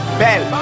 bell